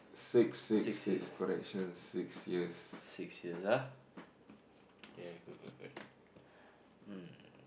six years six years ah ya good good good mm